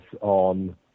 on